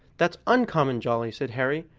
that's uncommon jolly, said harry,